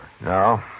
No